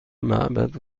معبد